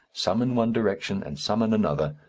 some in one direction and some in another,